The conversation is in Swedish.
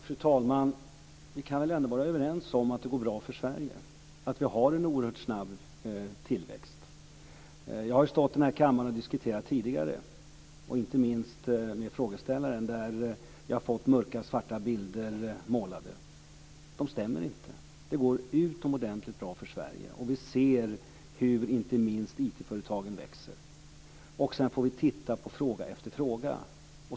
Fru talman! Vi kan väl ändå vara överens om att det går bra för Sverige och att vi har en oerhört snabb tillväxt? Jag har stått i denna kammare och diskuterat tidigare, inte minst med frågeställaren. Jag har fått mörka svarta bilder målade. De stämmer inte. Det går utomordentligt bra för Sverige, och vi ser hur inte minst IT-företagen växer. Sedan får vi titta på fråga efter fråga.